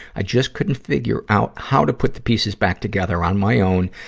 i just couldn't figure out how to put the pieces back together on my own,